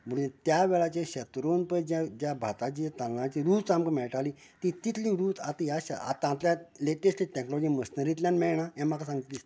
म्हुणून त्या वेळाचेर शेत रोवन पळय जे ज्या भाताचे तांदळाची रूच मेळटाली ती तितली रूच ती आतां ह्या शेतांक आतातच्या लेटस्ट टेक्नॉलोजी मश्नरींतल्यान मेळना म्हाका सामकें दिसना